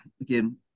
again